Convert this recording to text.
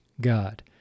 God